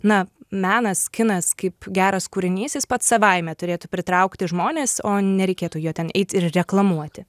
na menas kinas kaip geras kūrinys jis pats savaime turėtų pritraukti žmones o nereikėtų jo ten eit ir reklamuoti